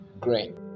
great